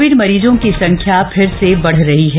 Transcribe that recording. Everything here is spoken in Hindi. कोविड मरीजों की संख्या फिर से बढ़ रही है